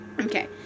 Okay